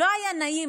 לא היה נעים,